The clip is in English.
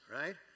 right